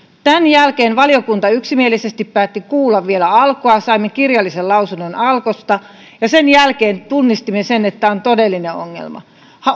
tämän jälkeen valiokunta yksimielisesti päätti kuulla vielä alkoa saimme kirjallisen lausunnon alkosta ja sen jälkeen tunnistimme sen että tämä on todellinen ongelma